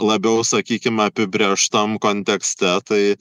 labiau sakykim apibrėžtam kontekste tai